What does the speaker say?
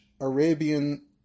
Arabian